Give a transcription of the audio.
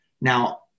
Now